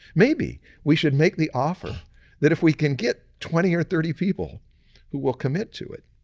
maybe we should make the offer that if we can get twenty or thirty people who will commit to it,